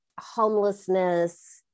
homelessness